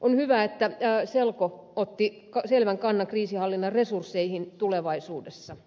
on hyvä että selonteko otti selvän kannan kriisinhallinnan resursseihin tulevaisuudessa